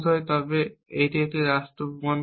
তবে এটি এই রাষ্ট্রটি প্রমাণ করবে